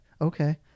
okay